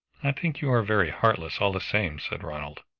i think you are very heartless, all the same, said ronald.